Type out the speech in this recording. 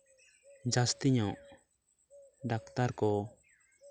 ᱡᱟᱹᱥᱛᱤ ᱧᱚᱜ ᱰᱟᱠᱛᱟᱨ ᱠᱚ